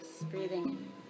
Breathing